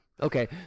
okay